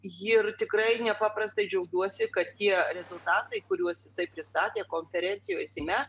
ir tikrai nepaprastai džiaugiuosi kad tie rezultatai kuriuos jisai pristatė konferencijoj seime